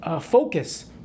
Focus